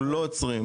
אנחנו לא עוצרים.